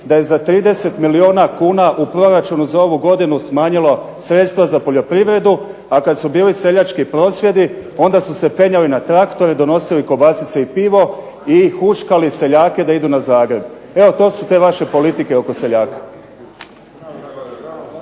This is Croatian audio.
da je za 30 milijuna kuna u proračunu za ovu godinu smanjilo sredstva za poljoprivredu, a kad su bili seljački prosvjedi onda su se penjali na traktore, donosili kobasice i pivo, i huškali seljake da idu na Zagreb. Evo to su te vaše politike oko seljaka